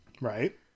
Right